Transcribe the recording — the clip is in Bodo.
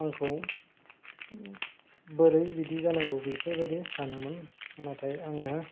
आंखौ बोरै बिदि जानांगौ बेफोरबायदि सानोमोन नाथाय आङो